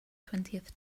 twentieth